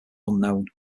unknown